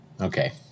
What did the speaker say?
Okay